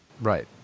Right